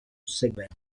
seguente